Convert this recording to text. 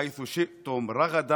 היכנסו אל העיר הזאת